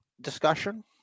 discussion